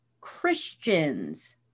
Christians